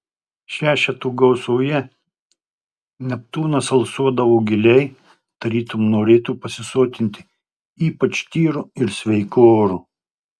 šešetų gausoje neptūnas alsuodavo giliai tarytum norėtų pasisotinti ypač tyru ir sveiku oru